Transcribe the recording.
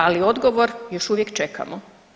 Ali odgovor još uvijek čekamo.